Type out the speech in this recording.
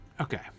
Okay